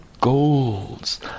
goals